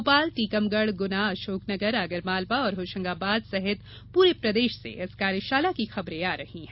भोपाल टीकमगढ़ गुना अशोकनगर आगरमालवा और होशंगाबाद सहित पूरे प्रदेश से इस कार्यशाला की खबरे आ रही हैं